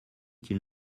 qu’il